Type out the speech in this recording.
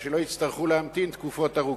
ושלא יצטרכו להמתין תקופות ארוכות.